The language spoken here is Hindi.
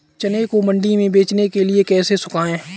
चने को मंडी में बेचने के लिए कैसे सुखाएँ?